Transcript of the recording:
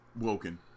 Woken